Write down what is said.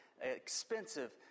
expensive